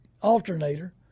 alternator